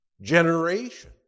Generation